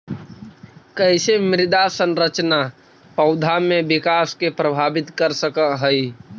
कईसे मृदा संरचना पौधा में विकास के प्रभावित कर सक हई?